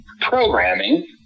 programming